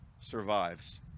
survives